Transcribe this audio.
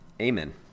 Amen